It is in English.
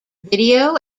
video